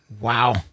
Wow